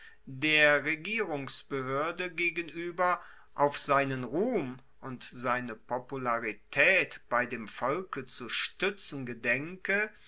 der regierungsbehoerde gegenueber auf seinen ruhm und seine popularitaet bei dem volke zu stuetzen gedenke